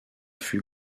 fut